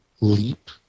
Leap